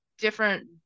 Different